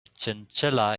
chinchilla